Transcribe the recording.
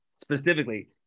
specifically